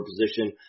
position